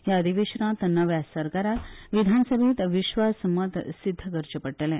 या अधिवेशनात नव्या सरकाराक विधानसभेत विस्वासमत सिध्द करचे पडटले